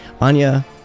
Anya